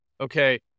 okay